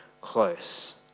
close